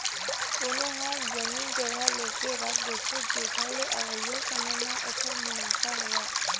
कोनो ह जमीन जघा लेके रख देथे, जेखर ले अवइया समे म ओखर मुनाफा होवय